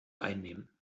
einnehmen